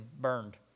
burned